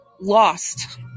lost